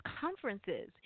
conferences